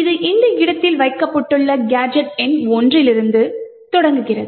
இது இந்த இடத்தில் வைக்கப்பட்டுள்ள கேஜெட் எண் 1 இலிருந்து தொடங்குகிறது